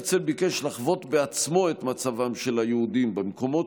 הרצל ביקש לחוות בעצמו את מצבם של היהודים במקומות